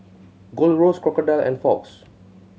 Gold Roast Crocodile and Fox